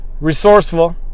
resourceful